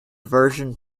version